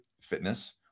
fitness